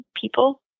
people